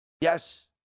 Yes